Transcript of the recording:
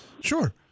sure